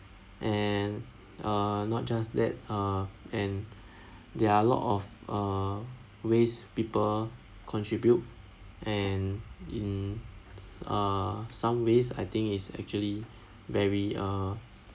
and uh not just that uh and there are a lot of uh ways people contribute and in uh some ways I think it's actually very uh